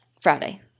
Friday